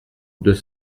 deux